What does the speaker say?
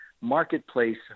marketplace